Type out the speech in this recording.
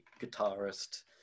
guitarist